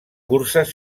curses